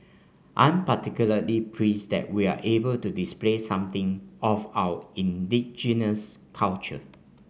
I'm particularly pleased that we're able to display something of our indigenous culture